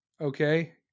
Okay